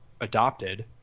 adopted